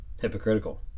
hypocritical